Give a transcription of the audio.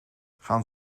gaan